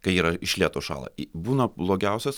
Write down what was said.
kai yra iš lėto šąla i būna blogiausias